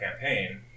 campaign